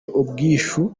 ubwishyu